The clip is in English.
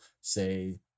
say